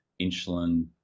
insulin